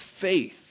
faith